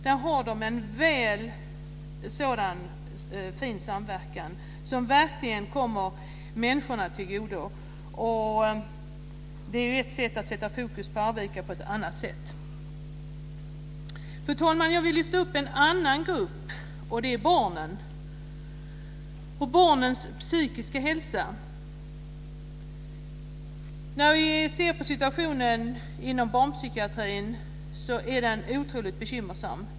I Arvika har man nämligen en fin samverkan som verkligen kommer människorna till godo, så här har vi ett annat sätt att fokusera på Arvika. Fru talman! Jag vill också lyfta fram en annan grupp, nämligen barnen - det gäller då också deras psykiska hälsa. Situationen inom barnpsykiatrin är otroligt bekymmersam.